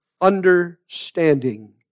understanding